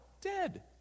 dead